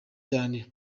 cyane